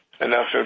enough